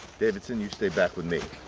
davidson, you stay back with me.